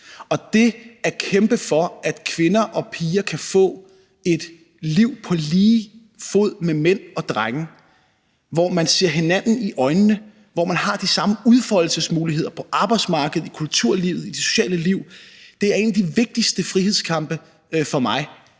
Og det at kæmpe for, at kvinder og piger kan få et liv på lige fod med mænd og drenge, hvor man ser hinanden i øjnene, hvor man har de samme udfoldelsesmuligheder på arbejdsmarkedet, i kulturlivet, i det sociale liv, er en af de vigtigste frihedskampe for mig.